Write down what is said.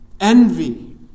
envy